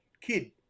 kid